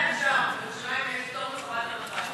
ירושלים, אפשר, ירושלים, יש פטור מחובת הנחה.